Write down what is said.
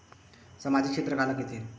सामजिक क्षेत्र काला कइथे?